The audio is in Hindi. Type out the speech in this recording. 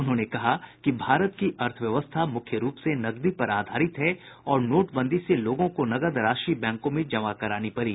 उन्होंने कहा कि भारत की अर्थव्यवस्था मुख्य रूप से नगदी पर आधारित है और नोटबंदी से लोगों को नगद राशि बैंकों में जमा करानी पड़ी